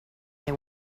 they